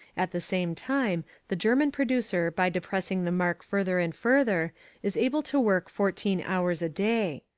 at the same time, the german producer by depressing the mark further and further is able to work fourteen hours a day.